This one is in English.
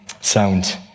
sound